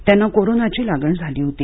त्यांना कोरोनाची लागण झाली होती